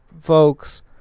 folks